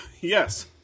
Yes